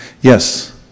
Yes